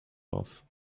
off